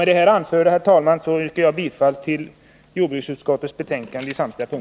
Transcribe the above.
Med det anförda ber jag, herr talman, att på samtliga punkter få yrka bifall till jordbruksutskottets hemställan.